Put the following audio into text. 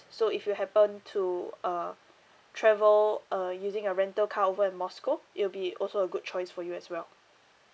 so if you happen to uh travel uh using a rental car over in moscow it will be also a good choice for you as well